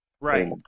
Right